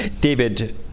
David